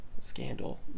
scandal